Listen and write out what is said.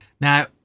Now